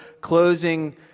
closing